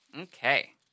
Okay